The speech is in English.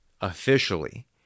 officially